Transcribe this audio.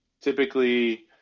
typically